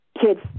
kids